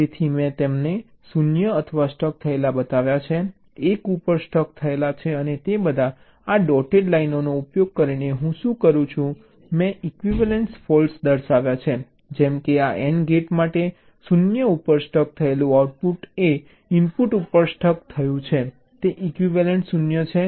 તેથી મેં તેમને 0 ઉપર સ્ટક થયેલા બતાવ્યા છે 1 ઉપર સ્ટક થયેલા છે અને તે બધા આ ડોટેડ લાઇનનો ઉપયોગ કરીને હું શું કરું છું મેં ઇક્વિવેલન્ટ ફૉલ્ટ્સ દર્શાવ્યા છે જેમ કે આ AND ગેટ માટે 0 ઉપર સ્ટક થયેલું આઉટપુટ એ ઇનપુટ ઉપર સ્ટક થયું છે તે ઇક્વિવેલન્ટ 0 છે